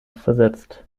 versetzt